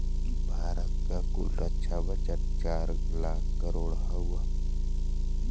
भारत क कुल रक्षा बजट चार लाख करोड़ हौ